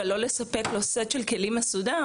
אבל לא לספק לו סט כלים מסודר